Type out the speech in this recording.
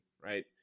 right